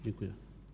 Dziękuję.